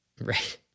right